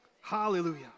Hallelujah